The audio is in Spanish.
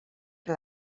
que